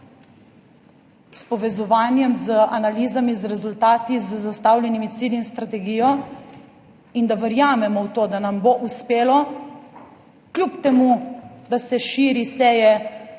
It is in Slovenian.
s povezovanjem, z analizami, z rezultati, z zastavljenimi cilji in strategijo in verjamemo v to, da nam bo uspelo, kljub temu da se širi, seje